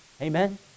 Amen